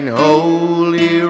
holy